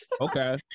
okay